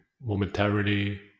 momentarily